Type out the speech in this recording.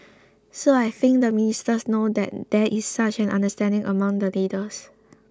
so I think the ministers know that there is such an understanding among the leaders